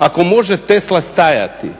ako može Tesla stajati